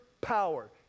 power